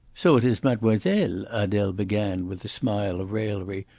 so it is mademoiselle, adele began, with a smile of raillery,